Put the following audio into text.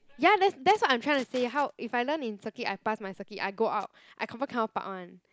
ya that's that's I'm trying to say how if I learn in circuit I pass my circuit I go out I confirm cannot park [one]